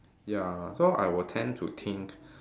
ya so I will tend to think